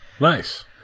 Nice